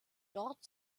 dort